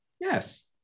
yes